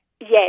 Yes